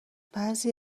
بعضی